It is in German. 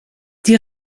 die